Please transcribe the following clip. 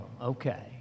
Okay